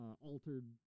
altered